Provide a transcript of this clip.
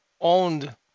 owned